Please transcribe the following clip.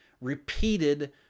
repeated